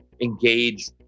engage